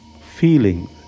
Feeling